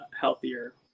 healthier